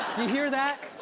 you hear that?